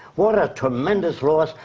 what a tremendous loss.